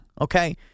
Okay